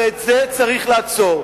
ואת זה צריך לעצור.